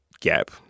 gap